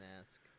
ask